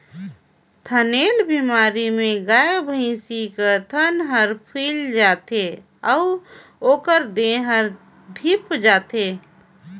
थनैल बेमारी में गाय, भइसी कर थन हर फुइल जाथे अउ ओखर देह हर धिप जाथे